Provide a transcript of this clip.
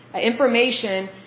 information